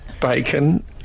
bacon